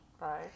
Right